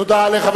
תודה לחבר